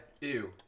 Ew